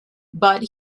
but